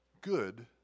good